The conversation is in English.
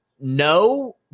No